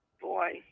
Boy